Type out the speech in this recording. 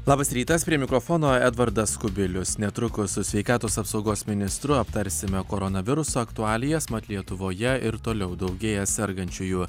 labas rytas prie mikrofono edvardas kubilius netrukus su sveikatos apsaugos ministru aptarsime koronaviruso aktualijas mat lietuvoje ir toliau daugėja sergančiųjų